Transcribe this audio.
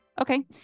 Okay